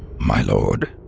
my lord?